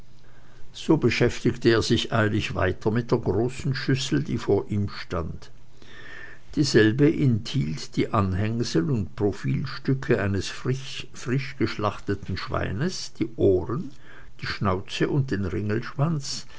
so beschäftigte er sich eifrig weiter mit der großen schüssel die vor ihm stand dieselbe enthielt die anhängsel und profilstücke eines frischgeschlachteten schweines die ohren die schnauze und den